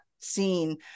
scene